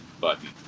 button